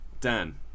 Dan